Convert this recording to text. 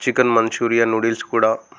chicken Manchuria noodles కూడా